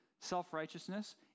self-righteousness